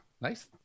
Nice